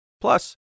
Plus